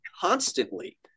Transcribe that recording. constantly